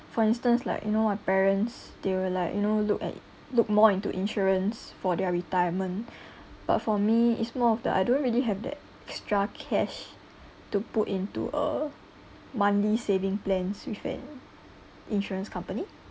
for instance like you know my parents they will like you know look at look more into insurance for their retirement but for me it's more of the I don't really have that extra cash to put into a monthly saving plans with a insurance company